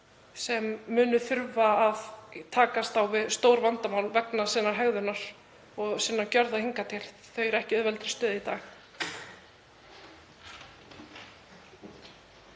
sem munu þurfa að takast á við stór vandamál vegna hegðunar sinnar og gjörða hingað til. Þau eru ekki í auðveldri stöðu í dag.